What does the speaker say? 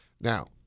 Now